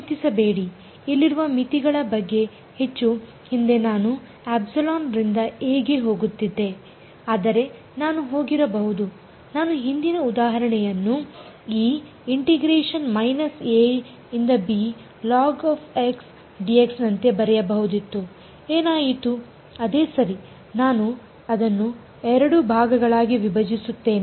ಚಿಂತಿಸಬೇಡಿ ಇಲ್ಲಿರುವ ಮಿತಿಗಳ ಬಗ್ಗೆ ಹೆಚ್ಚು ಹಿಂದೆ ನಾನು ε ರಿಂದ a ಗೆ ಹೋಗುತ್ತಿದ್ದೆ ಆದರೆ ನಾನು ಹೋಗಿರಬಹುದು ನಾನು ಹಿಂದಿನ ಉದಾಹರಣೆಯನ್ನು ಈ ನಂತೆ ಬರೆಯಬಹುದಿತ್ತು ಏನಾಯಿತು ಅದೇ ಸರಿ ನಾನು ಅದನ್ನು ಎರಡು ಭಾಗಗಳಾಗಿ ವಿಭಜಿಸುತ್ತೇನೆ